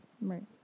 right